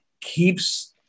keeps